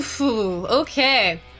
Okay